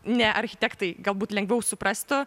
ne architektai galbūt lengviau suprastų